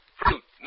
fruit